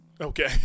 Okay